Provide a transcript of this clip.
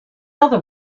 other